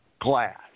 glass